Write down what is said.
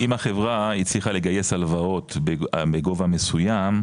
אם החברה הצליחה לגייס הלוואות בגובה מסוים,